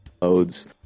modes